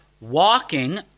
walking